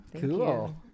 cool